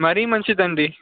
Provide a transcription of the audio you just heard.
మరీ మంచిది అండి